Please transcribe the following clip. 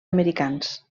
americans